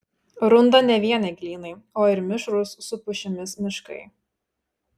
runda ne vien eglynai o ir mišrūs su pušimis miškai